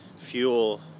fuel